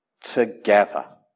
together